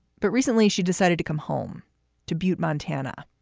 but recently, she decided to come home to butte, montana,